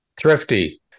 Thrifty